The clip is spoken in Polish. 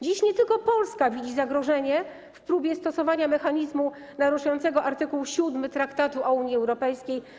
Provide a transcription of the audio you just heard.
Dziś nie tylko Polska widzi zagrożenie w próbie stosowania mechanizmu naruszającego art. 7 Traktatu o Unii Europejskiej.